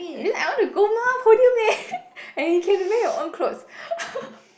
I want to go mah podium leh and you can wear your own clothes